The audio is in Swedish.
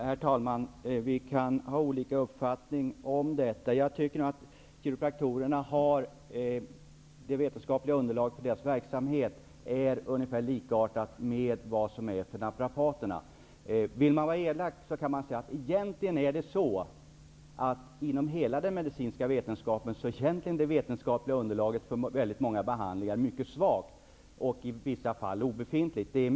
Herr talman! Vi kan ha olika uppfattning om detta. Jag tycker nog att det vetenskapliga underlaget för kiropraktorernas verksamhet liknar det som gäller för naprapaterna. Vill man vara elak, kan man säga: Inom hela den medicinska vetenskapen är det vetenskapliga underlaget för väldigt många behandlingar egentligen mycket svagt. I vissa fall är det obefintligt.